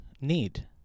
need